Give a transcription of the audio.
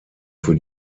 für